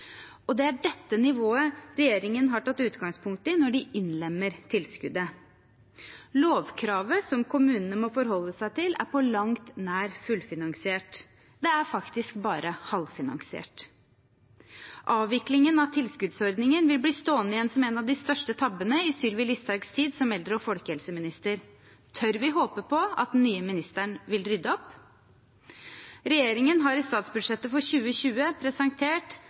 Det er dette nivået regjeringen har tatt utgangspunkt i når de innlemmer tilskuddet. Lovkravet som kommunene må forholde seg til, er ikke på langt nær fullfinansiert – det er faktisk bare halvfinansiert. Avviklingen av tilskuddsordningen vil bli stående igjen som en av de største tabbene i Sylvi Listhaugs tid som eldre- og folkehelseminister. Tør vi håpe på at den nye ministeren vil rydde opp? Regjeringen har i statsbudsjettet for 2020 presentert